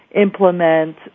implement